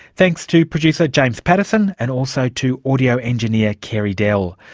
thanks to producer james pattison and also to audio engineer carey dell.